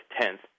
tenth